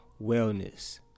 wellness